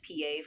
PA